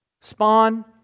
Spawn